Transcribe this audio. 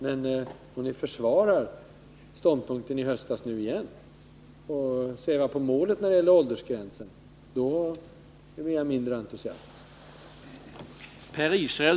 Om ni försvarar ståndpunkten från i höstas och svävar på målet när det gäller åldersgränsen, blir jag mindre entusiastisk.